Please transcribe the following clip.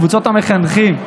קבוצות המחנכים,